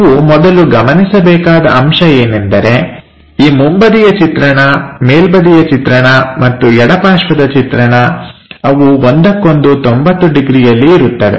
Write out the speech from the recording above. ನೀವು ಮೊದಲು ಗಮನಿಸಬೇಕಾದ ಅಂಶ ಏನೆಂದರೆ ಈ ಮುಂಬದಿಯ ಚಿತ್ರಣ ಮೇಲ್ಬದಿಯ ಚಿತ್ರಣ ಮತ್ತು ಎಡಪಾರ್ಶ್ವದ ಚಿತ್ರಣ ಅವು ಒಂದಕ್ಕೊಂದು 90 ಡಿಗ್ರಿಯಲ್ಲಿ ಇರುತ್ತವೆ